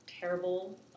terrible